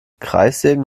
kreissägen